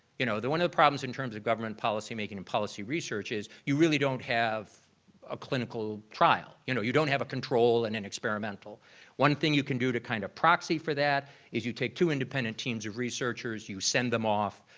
you know, one of the problems in terms of government policy making and policy research is you really don't have a clinical trial. you know, you don't have a control in an experimental one thing you can do to kind of proxy for that is you take two independent teams of researchers. you send them off.